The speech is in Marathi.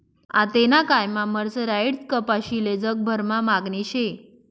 आतेना कायमा मर्सराईज्ड कपाशीले जगभरमा मागणी शे